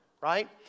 Right